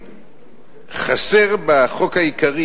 חסרה בחוק העיקרי